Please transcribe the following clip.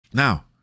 Now